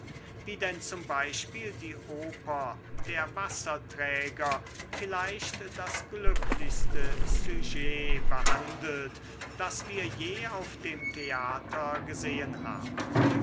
wie denn z b die oper der wasserträger vielleicht das glücklichste sujet behandelt das wir je auf dem theater gesehen haben